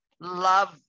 love